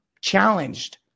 challenged